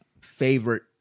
favorite